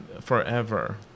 forever